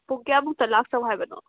ꯄꯨꯡ ꯀꯌꯥꯃꯨꯛꯇ ꯂꯥꯛꯆꯧ ꯍꯥꯏꯕꯅꯣ